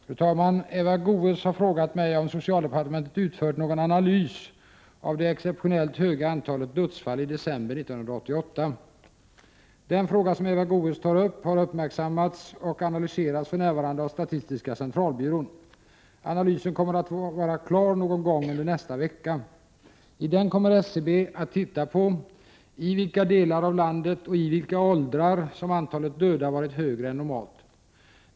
Fru talman! Eva Goés har frågat mig om socialdepartementet utfört någon analys av det exceptionellt höga antalet dödsfall i december 1988. Den fråga som Eva Goés tar upp har uppmärksammats och analyseras för närvarande av statistiska centralbyrån . Analysen kommer att vara klar någon gång under nästa vecka. I den kommer SCB att titta på i vilka delar av landet och i vilka åldrar som antalet döda varit högre än normalt.